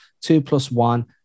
two-plus-one